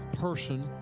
person